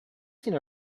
seen